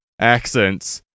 accents